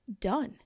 done